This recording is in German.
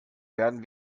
werden